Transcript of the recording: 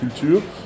Culture